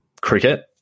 cricket